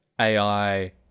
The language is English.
AI